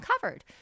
covered